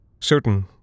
Certain